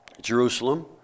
Jerusalem